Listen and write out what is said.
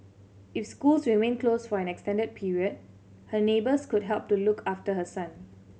if schools remain close for an extended period her neighbours could help to look after her son